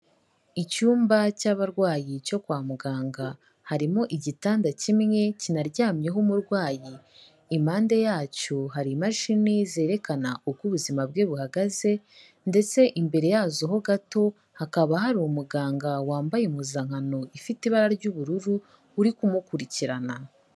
Icyumba cy'abarwayi cyo kwa muganga harimo igitanda kimwe kinaryamyeho umurwayi, impande yacyo hari imashini zerekana uko ubuzima bwe buhagaze ndetse imbere yazo ho gato hakaba hari umuganga wambaye imuzankano ifite ibara ry'ubururu, uri kumukurikirana.